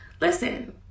Listen